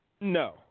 No